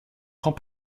quand